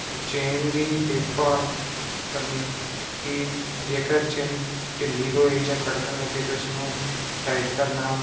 ਫਿਰ ਚੇਨ ਦੀ ਦੇਖਭਾਲ ਕਰਨੀ ਕਿ ਜੇਕਰ ਚੇਨ ਢਿੱਲੀ ਹੋਏ ਜਾਂ ਖੜਕਣ ਲੱਗੇ ਤਾਂ ਉਸਨੂੰ ਟਾਈਟ ਕਰਨਾ